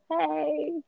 hey